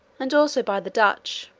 and also by the dutch